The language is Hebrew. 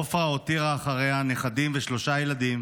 עפרה הותירה אחריה נכדים ושלושה ילדים.